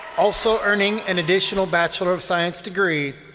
also earning an additional bachelor of science degree,